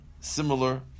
similar